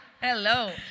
hello